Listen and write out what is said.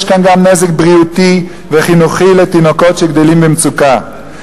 יש כאן גם נזק בריאותי וחינוכי לתינוקות שגדלים במצוקה.